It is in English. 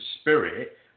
spirit